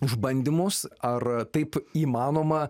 išbandymus ar taip įmanoma